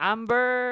Amber